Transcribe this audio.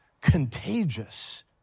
contagious